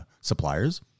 suppliers